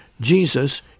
Jesus